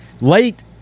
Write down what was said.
Late